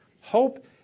Hope